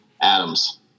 Adams